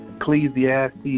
Ecclesiastes